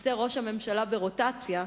כיסא ראש הממשלה ברוטציה,